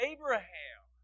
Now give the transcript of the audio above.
Abraham